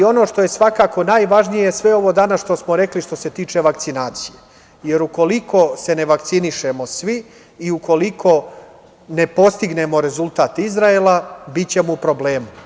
Ono što je svakako najvažnije je sve ovo danas što smo rekli što se tiče vakcinacije, jer ukoliko se ne vakcinišemo svi i ukoliko ne postignemo rezultat Izraela, bićemo u problemu.